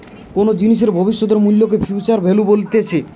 কোনো জিনিসের ভবিষ্যতের মূল্যকে ফিউচার ভ্যালু বলতিছে